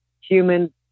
human